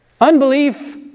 Unbelief